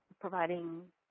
providing